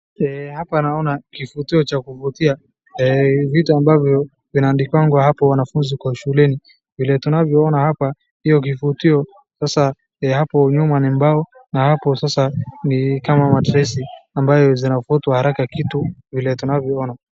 Hapa naona kifutio cha kufutia vitu ambavyo vinaandikwanga hapo wanafunzi kwa shuleni. Vile tunavyoona hapa hiyo kifutio, hapo nyuma ni mbao na hapo sasa ni kama matresi ambayo zinafuta haraka kitu vile tunavyoona.